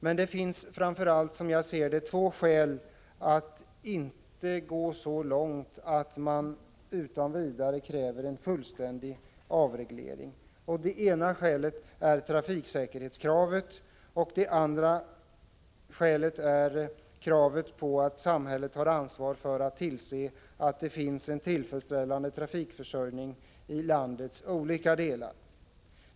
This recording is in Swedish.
Men det finns två skäl till att inte gå så långt att man utan vidare kräver fullständig avreglering. Det ena skälet är trafiksäkerhetskravet, det andra är kravet på att samhället tar ansvar för att det finns en tillfredsställande trafikförsörjning i landets olika delar.